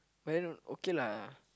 when okay lah